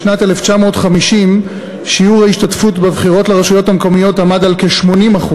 בשנת 1950 שיעור ההשתתפות בבחירות לרשויות המקומיות עמד על כ-80%,